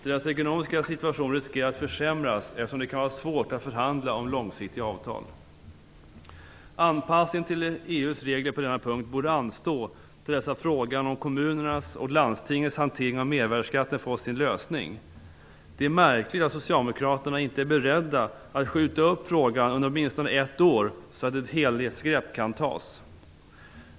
Deras ekonomiska situation riskerar att försämras, eftersom det kan vara svårt att förhandla om långsiktiga avtal. Anpassningen till EG:s regler på denna punkt borde anstå till dess att frågan om kommunernas och landstingens hantering av mervärdesskatten fått sin lösning. Det är märkligt att Socialdemokraterna inte är beredda att skjuta upp frågan under åtminstone ett år, så att ett helhetsgrepp kan tas.